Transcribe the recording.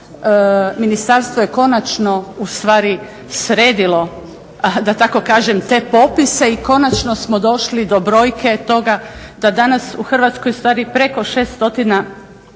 ministarstvo je konačno ustvari sredilo da tako kažem te popise i konačno smo došli do brojke toga da danas u Hrvatskoj ustvari preko 600